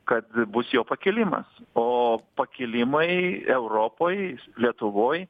kad bus jo pakilimas o pakilimai europoj lietuvoj